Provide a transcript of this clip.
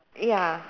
ya